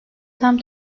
tam